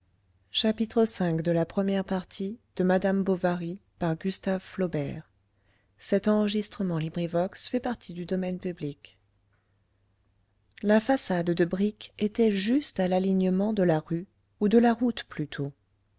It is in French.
la façade de briques était juste à l'alignement de la rue ou de la route plutôt